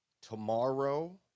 Tomorrow